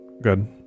good